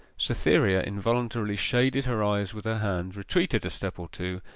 cytherea involuntarily shaded her eyes with her hand, retreated a step or two,